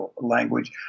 language